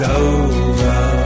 over